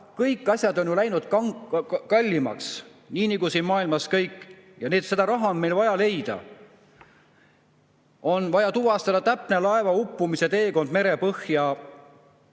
Kõik asjad on läinud kallimaks, nii nagu siin maailmas kõik. See raha on meil vaja leida. On vaja tuvastada täpne laeva uppumisteekond merepõhjas